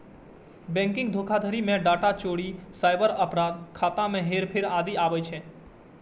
banking धोखाधड़ी मे data चोरी, साइबर अपराध, खाता मे हेरफेर आदि आबै छै